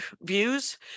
views